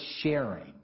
sharing